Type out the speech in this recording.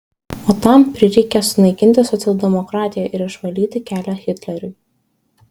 o tam prireikė sunaikinti socialdemokratiją ir išvalyti kelią hitleriui